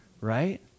right